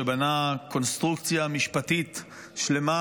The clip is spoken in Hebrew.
שבנה קונסטרוקציה משפטית שלמה,